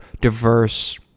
diverse